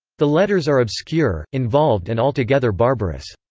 the letters are obscure, involved and altogether barbarous.